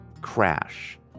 Crash